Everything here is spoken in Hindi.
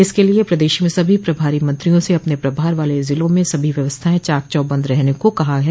इसके लिये प्रदेश में सभी प्रभारी मंत्रियों से अपने प्रभार वाले जिलों में सभी व्यवस्थाएं चाक चौबंद रहने को कहा गया है